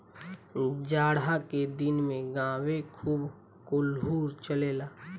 जाड़ा के दिन में गांवे खूब कोल्हू चलेला